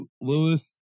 Lewis